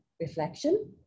reflection